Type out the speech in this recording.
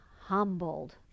humbled